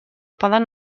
poden